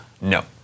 No